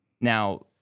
Now